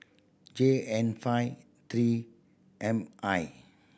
J N five Three M I